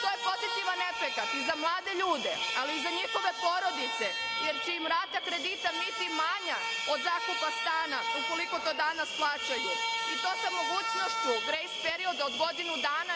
To je pozitivan efekat za mlade ljude, ali za njihove porodice, jer će im rata kredita biti manja od zakupa stana ukoliko to danas plaćaju i to sa mogućnošću grejs perioda od godinu dana